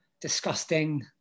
disgusting